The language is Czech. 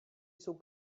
jsou